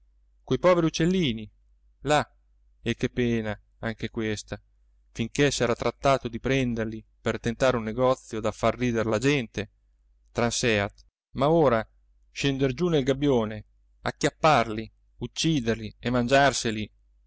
quei poveri uccellini là e che pena anche questa finché s'era trattato di prenderli per tentare un negozio da far ridere la gente transeat ma ora scender giù nel gabbione acchiapparli ucciderli e mangiarseli